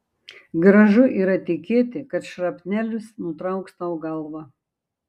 gražu yra tikėti kad šrapnelis nutrauks tau galvą